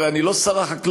הרי אני לא שר החקלאות